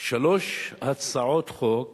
שלוש הצעות חוק